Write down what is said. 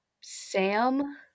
Sam